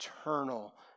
eternal